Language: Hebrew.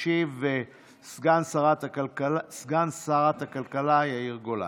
ישיב סגן שרת הכלכלה יאיר גולן.